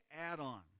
add-on